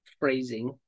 phrasing